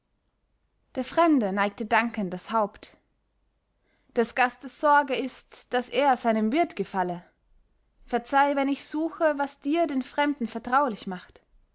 der fremde neigte dankend das haupt des gastes sorge ist daß er seinem wirt gefalle verzeih wenn ich suche was dir den fremden vertraulich macht